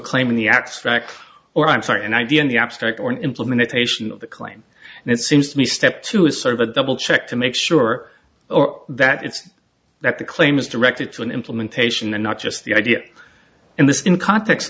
claim in the abstract or i'm sorry an idea in the abstract or an implementation of the claim and it seems to me step two is sort of a double check to make sure that it's that the claim is directed to an implementation and not just the idea in this in context